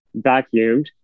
vacuumed